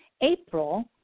April